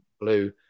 blue